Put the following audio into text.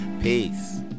Peace